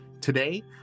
Today